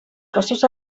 costos